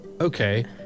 Okay